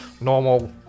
normal